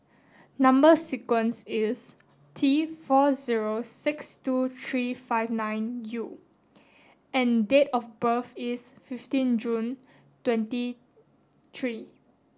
number sequence is T four zero six two three five nine U and date of birth is fifteen June twenty three